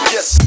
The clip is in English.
Yes